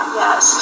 yes